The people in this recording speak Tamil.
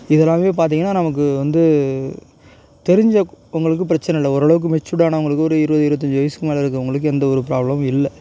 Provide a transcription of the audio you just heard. இதுனாவே பார்த்திங்கனா நமக்கு வந்து தெரிஞ்ச கு உங்களுக்குப் பிரச்சனை இல்லை ஓரளவுக்கு மெச்சூர்டானவங்களுக்கு ஒரு இருபது இருபத்தஞ்சு வயசுக்கு மேலே இருக்கவங்களுக்கு எந்த ஒரு ப்ராப்ளம் இல்லை